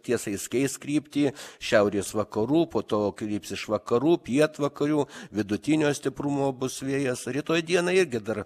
tiesa jis keis kryptį šiaurės vakarų po to kryps iš vakarų pietvakarių vidutinio stiprumo bus vėjas rytoj dieną irgi dar